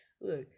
look